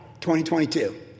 2022